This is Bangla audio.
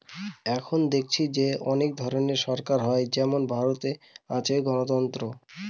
এখন দেখেছি যে অনেক ধরনের সরকার হয় যেমন ভারতে আছে গণতন্ত্র